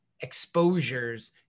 exposures